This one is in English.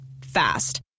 Fast